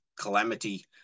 calamity